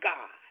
God